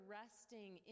resting